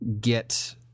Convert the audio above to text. get